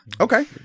Okay